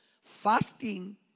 fasting